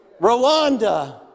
Rwanda